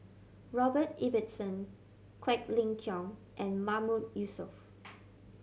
Robert Ibbetson Quek Ling Kiong and Mahmood Yusof